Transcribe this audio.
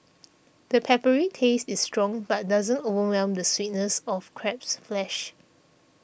the peppery taste is strong but doesn't overwhelm the sweetness of crab's flesh